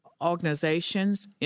organizations